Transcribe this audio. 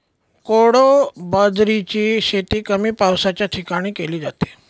कोडो बाजरीची शेती कमी पावसाच्या ठिकाणी केली जाते